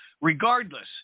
Regardless